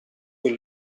quel